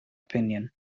opinion